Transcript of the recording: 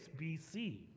BC